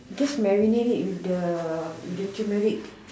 just marinate it with the with the turmeric